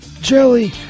jelly